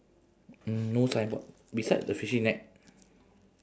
mm no signboard beside the fishing net